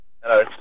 Hello